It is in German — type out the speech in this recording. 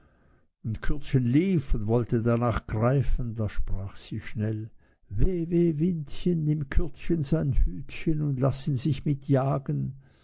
und kürdchen lief und wollte danach greifen da sprach sie schnell weh weh windchen nimm kürdchen sein hütchen und laß'n sich mit jagen